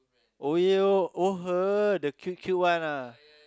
oh yeah her the cute cute one ah